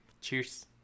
Cheers